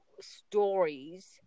stories